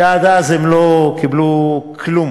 שעד אז לא קיבלו כלום.